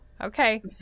okay